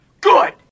good